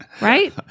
right